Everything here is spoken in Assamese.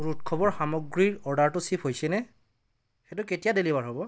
মোৰ উৎসৱৰ সামগ্ৰীৰ অৰ্ডাৰটো শ্বিপ হৈছেনে সেইটো কেতিয়া ডেলিভাৰ হ'ব